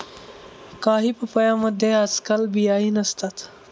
काही पपयांमध्ये आजकाल बियाही नसतात